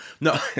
No